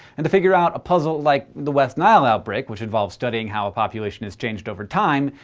and to figure out a puzzle like the west nile outbreak, which involves studying how a population is changed over time,